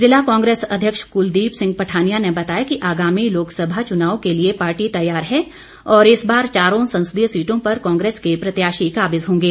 जिला कांग्रेस अध्यक्ष कुलदीप सिंह पठानिया ने बताया कि आगामी लोक सभा चुनाव के लिए पार्टी तैयार है और इस बार चारों संसदीय सीटों पर कांग्रेस के प्रत्याशी काबिज होंगे